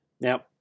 Now